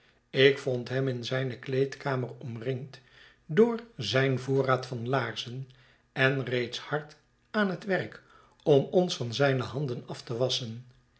ik vond hem in zyne kleedkamer omringd door zijn voorraad van laarzen en reeds hard aan het werk om ons van zijne handen af te wasschen